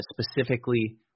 specifically